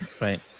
Right